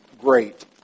great